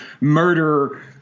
murder